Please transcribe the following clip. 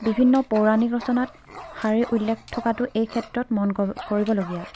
বিভিন্ন পৌৰাণিক ৰচনাত শাৰীৰ উল্লেখ থকাটো এই ক্ষেত্ৰত মন কৰিবলগীয়া